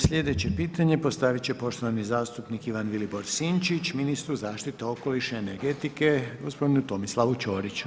Sljedeće pitanje postavit će poštovani zastupnik Ivan Vilibor Sinčić ministru zaštite okoliše i energetike gospodinu Tomislavu Ćoriću.